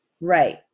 right